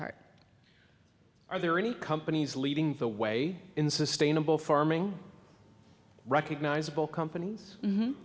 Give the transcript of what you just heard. part are there any companies leading the way in sustainable farming recognizable companies